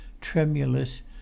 tremulous